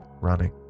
running